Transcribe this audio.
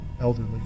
elderly